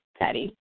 Patty